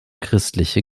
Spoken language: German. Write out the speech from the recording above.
christliche